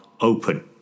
open